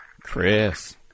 Chris